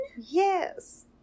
Yes